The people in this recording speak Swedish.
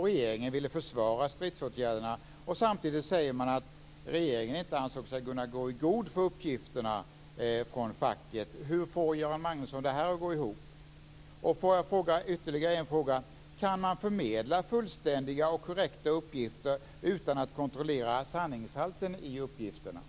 Regeringen ville försvara stridsåtgärderna samtidigt som man säger att regeringen inte ansåg sig kunna gå i god för uppgifterna från facket. Hur får Göran Magnusson detta att gå ihop? Jag har ytterligare en fråga: Kan man förmedla fullständiga och korrekta uppgifter utan att kontrollera sanningshalten i dem?